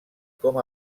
com